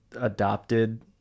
adopted